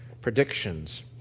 predictions